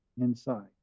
inside